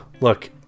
look